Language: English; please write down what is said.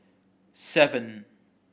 seven